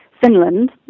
Finland